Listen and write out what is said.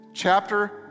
Chapter